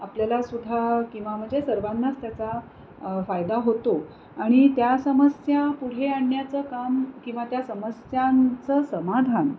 आपल्याला सुद्धा किंवा म्हणजे सर्वांनाच त्याचा फायदा होतो आणि त्या समस्या पुढे आणण्याचं काम किंवा त्या समस्यांचं समाधान